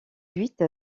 huit